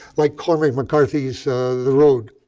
like cormac mccarthy's the road,